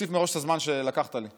תוסיף מראש את הזמן שלקחת לי,